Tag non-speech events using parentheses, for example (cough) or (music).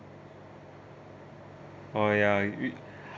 oh ya you (noise)